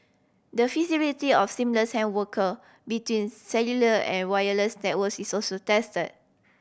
the feasibility of seamless handwork between cellular and wireless networks is also tested